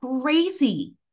crazy